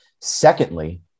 secondly